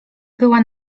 była